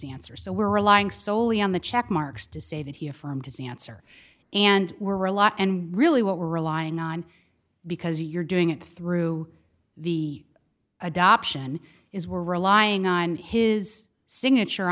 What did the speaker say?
his answer so we're relying soley on the check marks to say that he affirmed his answer and were a lot and really what we're relying on because you're doing it through the adoption is we're relying on his signature